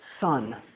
Son